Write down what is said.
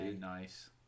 nice